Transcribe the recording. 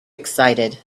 excited